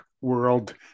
world